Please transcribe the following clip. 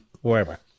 wherever